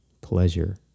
pleasure